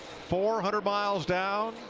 four hundred miles down,